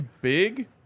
big